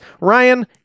Ryan